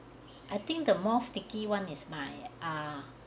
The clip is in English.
I think the more sticky one is my ah